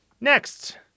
Next